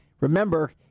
Remember